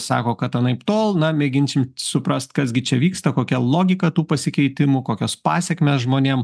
sako kad anaiptol na mėginsim suprast kas gi čia vyksta kokia logika tų pasikeitimų kokios pasekmės žmonėm